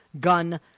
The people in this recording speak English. Gun